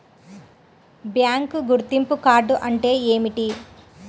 Bank గుర్తింపు card అంటే ఏమిటి?